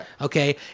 Okay